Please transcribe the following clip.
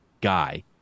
guy